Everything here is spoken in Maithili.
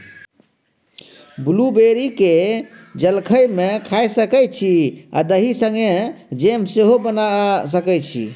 ब्लूबेरी केँ जलखै मे खाए सकै छी आ दही संगै जैम सेहो बना सकै छी